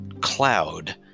cloud